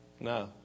No